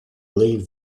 leave